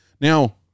Now